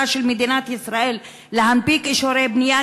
של מדינת ישראל להנפיק אישורי בנייה,